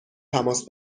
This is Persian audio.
تماس